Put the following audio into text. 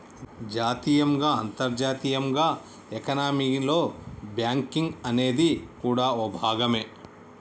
జాతీయంగా అంతర్జాతీయంగా ఎకానమీలో బ్యాంకింగ్ అనేది కూడా ఓ భాగమే